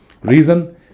reason